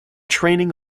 training